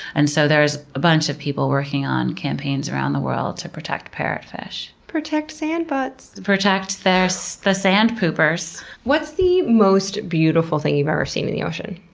and so there's a bunch of people working on campaigns around the world to protect parrotfish. protect sandbutts! protect the sand poopers! what's the most beautiful thing you've ever seen in the ocean?